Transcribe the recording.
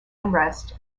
unrest